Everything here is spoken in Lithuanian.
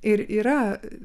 ir yra